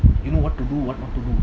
you know what to do what not to do